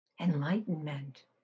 Enlightenment